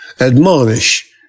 admonish